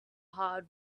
hard